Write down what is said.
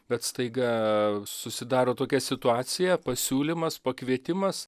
bet staiga susidaro tokia situacija pasiūlymas pakvietimas